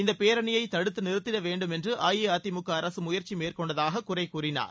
இந்தப் பேரணியை தடுத்து நிறுத்திட வேண்டும் என்று அஇஅதிமுக அரசு முயற்சி மேற்கொண்டதாக குறை கூறினார்